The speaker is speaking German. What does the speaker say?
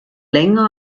länger